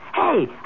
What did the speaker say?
hey